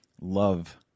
love